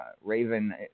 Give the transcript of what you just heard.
Raven